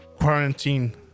quarantine